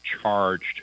charged